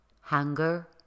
hunger